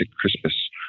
Christmas